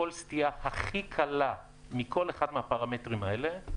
כל סטייה הכי קלה מכל אחד מהפרמטרים האלה,